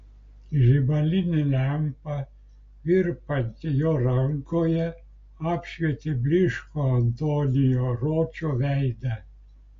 žibalinė lempa virpanti jo rankoje apšvietė blyškų antonio ročo veidą